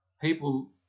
people